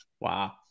Wow